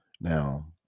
Now